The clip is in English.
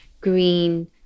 green